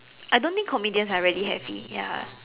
I don't think comedians are really happy ya